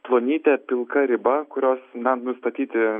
plonytė pilka riba kurios na nustatyti